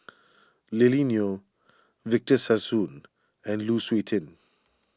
Lily Neo Victor Sassoon and Lu Suitin